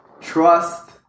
Trust